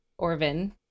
Orvin